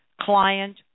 client